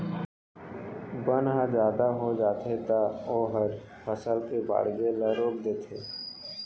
बन ह जादा हो जाथे त ओहर फसल के बाड़गे ल रोक देथे